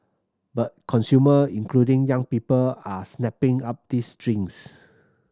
but consumer including young people are snapping up these drinks